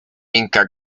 inca